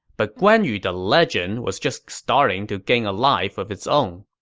but guan yu the legend was just starting to gain a life of its own.